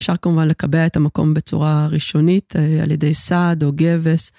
אפשר כמובן לקבע את המקום בצורה ראשונית על ידי סד או גבס.